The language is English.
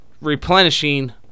replenishing